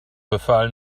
befahl